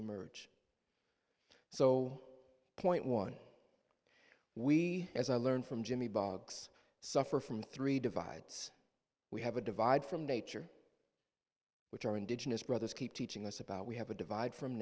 emerge so point one we as i learn from jimmy boggs suffer from three divides we have a divide from nature which are indigenous brothers keep teaching us about we have a divide from